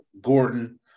Gordon